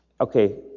Okay